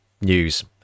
news